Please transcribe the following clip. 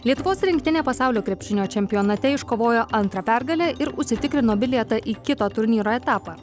lietuvos rinktinė pasaulio krepšinio čempionate iškovojo antrą pergalę ir užsitikrino bilietą į kitą turnyro etapą